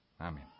Amen